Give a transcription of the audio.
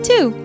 Two